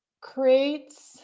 creates